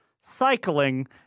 cycling